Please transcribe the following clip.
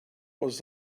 was